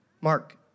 Mark